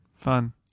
Fun